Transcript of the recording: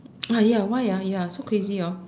ah ya why ah ya so crazy orh